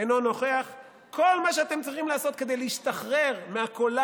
"אינו נוכח" כל מה שאתם צריכים לעשות כדי להשתחרר מהקולר